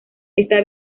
esta